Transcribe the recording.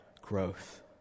growth